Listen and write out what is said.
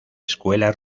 escuela